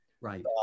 Right